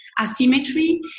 asymmetry